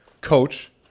coach